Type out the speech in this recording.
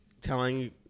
telling